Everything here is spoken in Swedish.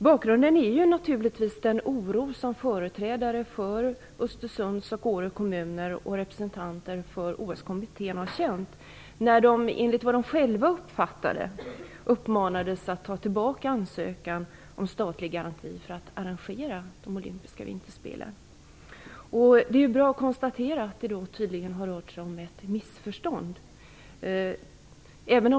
Bakgrunden är den oro som företrädare för Östersunds och Åre kommuner och representanter för OS-kommittén har känt sedan de, enligt vad de själva uppfattade, uppmanades att ta tillbaka ansökan om statlig garanti för att arrangera de olympiska vinterspelen. Det är bra att kunna konstatera att det tydligen rör sig om ett missförstånd.